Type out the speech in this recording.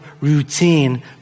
routine